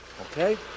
Okay